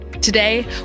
Today